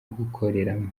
gukoreramo